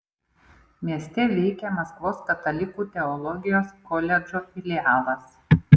mieste veikia maskvos katalikų teologijos koledžo filialas